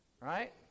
right